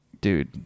Dude